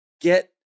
get